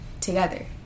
together